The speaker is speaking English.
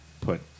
put